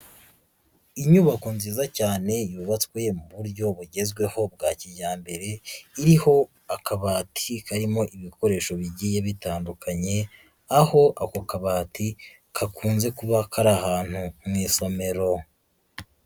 Inyubako nziza cyane yubatswe mu buryo bugezweho bwa kijyambere, iriho akabati karimo ibikoresho bigiye bitandukanye, aho ako kabati gakunze kuba kari ahantu mu isomero.